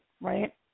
right